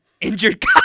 injured